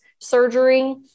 surgery